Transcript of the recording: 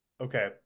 Okay